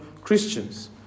Christians